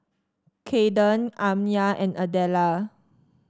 Kaden Amya and Adela